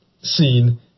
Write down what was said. seen